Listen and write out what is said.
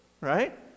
right